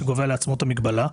שקובע לעצמו את המגבלה.